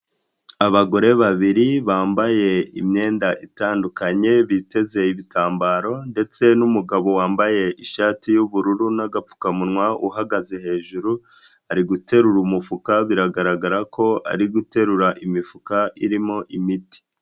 Abagore babiri bambaye imyenda itandukanye biteze ibitambaro ndetse n'umugabo wambaye ishati y'ubururu n'agapfukamunwa uhagaze hejuru, ari guterura umufuka biragaragara ko ari guterura imifuka irimo imiti.